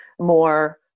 more